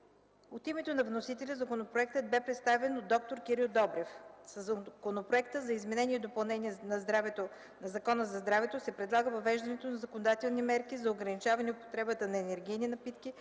От името на вносителя законопроектът бе представен от д-р Кирил Добрев. Със Законопроекта за изменение и допълнение на Закона за здравето се предлага въвеждането на законодателни мерки за ограничаване употребата на енергийни напитки